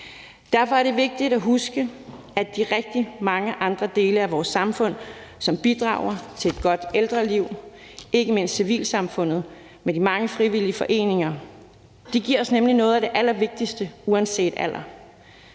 Derfor er det vigtigt at huske de rigtig mange andre dele af vores samfund, som bidrager til et godt ældreliv, ikke mindst civilsamfundet med de mange frivillige foreninger. De giver os nemlig noget af det allervigtigste uanset alder.